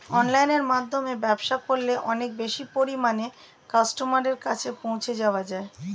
অনলাইনের মাধ্যমে ব্যবসা করলে অনেক বেশি পরিমাণে কাস্টমারের কাছে পৌঁছে যাওয়া যায়?